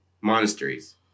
monasteries